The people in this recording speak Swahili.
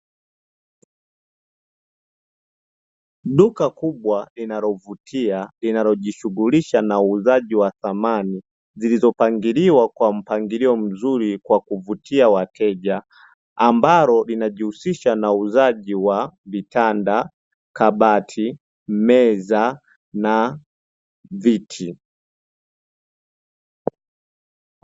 Duka kubwa linalovutia linalojishughulisha na uuzaji wa samani zilizopangiliwa kwa mpangilio mzuri kwa kuvutia wateja, ambalo linajihusisha na uuzaji wa vitanda, kabati, meza, na viti.